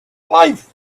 life